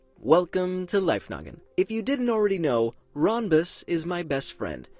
welcome to life noggin! if you didn't already know, ronbus is my best friend.